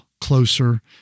closer